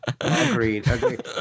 Agreed